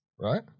right